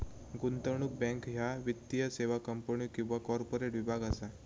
गुंतवणूक बँक ह्या वित्तीय सेवा कंपन्यो किंवा कॉर्पोरेट विभाग असा